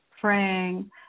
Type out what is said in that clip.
praying